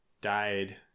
died